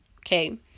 okay